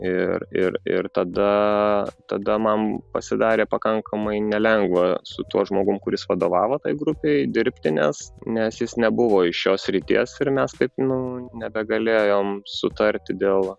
ir ir ir tada tada man pasidarė pakankamai nelengva su tuo žmogum kuris vadovavo grupei dirbti nes nes jis nebuvo iš šios srities ir mes taip nu nebegalėjom sutarti dėl